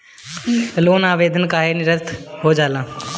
Loan आवेदन काहे नीरस्त हो जाला?